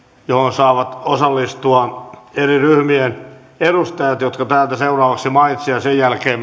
saavat osallistua eri ryhmien edustajat jotka täältä seuraavaksi mainitsen ja sen jälkeen